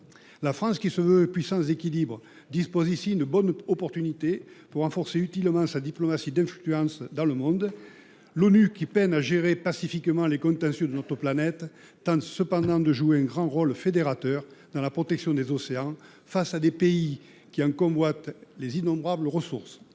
La France, qui se veut puissance d’équilibre, dispose ici d’une occasion propice pour renforcer utilement sa diplomatie d’influence dans le monde. L’ONU, qui peine à gérer pacifiquement les contentieux de notre planète, tente cependant de jouer un fort rôle fédérateur dans la protection des océans face à des pays qui en convoitent les innombrables ressources.